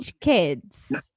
kids